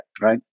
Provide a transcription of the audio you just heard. right